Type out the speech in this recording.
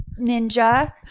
ninja